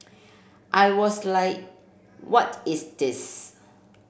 I was like what is this